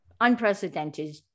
unprecedented